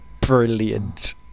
brilliant